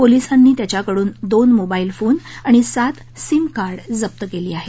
पोलिसांनी त्याच्याकडून दोन मोबाईल फोन आणि सात सिम कार्ड जप्त केले आहेत